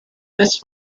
this